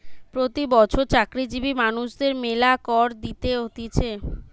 প্রতি বছর চাকরিজীবী মানুষদের মেলা কর দিতে হতিছে